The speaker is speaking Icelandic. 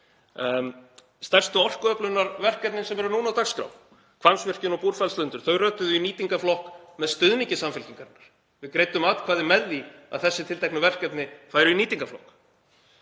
Stærstu orkuöflunarverkefnin sem nú eru á dagskrá, Hvammsvirkjun og Búrfellslundur, rötuðu í nýtingarflokk með stuðningi Samfylkingarinnar. Við greiddum atkvæði með því að þessi tilteknu verkefni færu í nýtingarflokk.